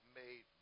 made